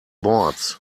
boards